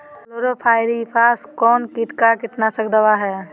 Chlorpyrifos कौन किट का कीटनाशक दवा है?